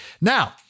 Now